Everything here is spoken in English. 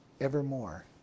evermore